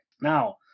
Now